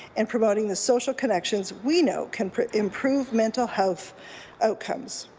and providing the social connections we know can put improved mental health outcomes.